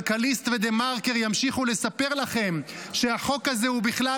כלכליסט ודה-מרקר ימשיכו לספר לכם שהחוק הזה הוא בכלל